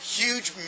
huge